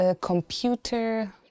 Computer